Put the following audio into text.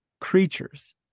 creatures